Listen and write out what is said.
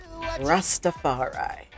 rastafari